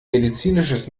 medizinisches